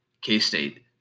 K-State